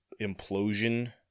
implosion